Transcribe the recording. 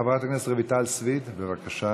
חברת הכנסת רויטל סויד, בבקשה.